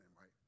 right